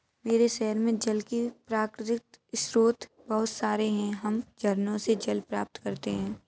मेरे शहर में जल के प्राकृतिक स्रोत बहुत सारे हैं हम झरनों से जल प्राप्त करते हैं